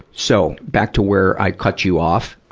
so, back to where i cut you off.